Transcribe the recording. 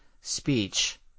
speech